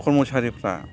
खरम'सारिफ्रा